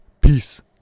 peace